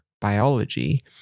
biology